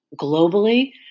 globally